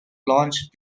launched